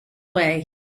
way